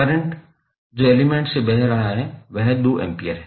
current जो element से बह रहा है वह 2 एम्पीयर है